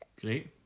Great